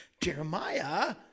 jeremiah